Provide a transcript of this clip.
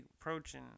approaching